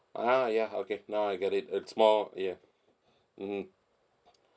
ah ya okay now I get it it's ya mmhmm